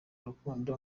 urukundo